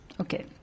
Okay